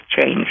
change